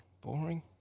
Boring